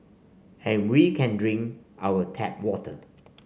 and we can drink our tap water